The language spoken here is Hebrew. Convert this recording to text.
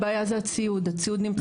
הבעיה זה הציוד, הציוד נמצא בפורייה.